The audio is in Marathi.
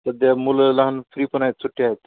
सध्या मुलं लहान फ्री पण आहेत सुट्टी आहेत